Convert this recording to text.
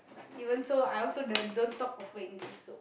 even so I also the don't talk proper English so